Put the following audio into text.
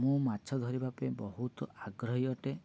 ମୁଁ ମାଛ ଧରିବା ପାଇଁ ବହୁତ ଆଗ୍ରହୀ ଅଟେ